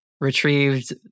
retrieved